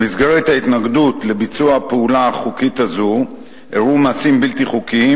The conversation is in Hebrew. במסגרת ההתנגדות לביצוע הפעולה החוקית הזו אירעו מעשים בלתי חוקיים,